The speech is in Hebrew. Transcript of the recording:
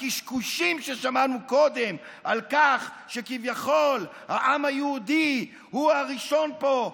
הקשקושים ששמענו קודם על כך שכביכול העם היהודי הוא הראשון פה,